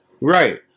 Right